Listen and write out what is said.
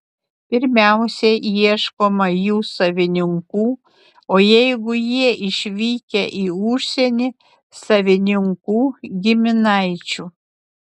pirmiausia ieškoma jų savininkų o jeigu jie išvykę į užsienį savininkų giminaičių